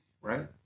right